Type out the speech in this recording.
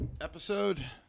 episode